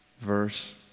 verse